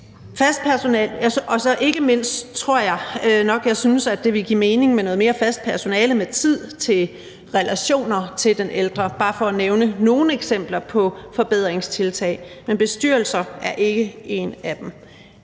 ældreplejen. Og ikke mindst tror jeg nok, at jeg synes, at det ville give mening med noget mere fast personale med tid til relationer til den ældre. Det er bare for at nævne nogle eksempler på forbedringstiltag. Men bestyrelser er ikke et af dem.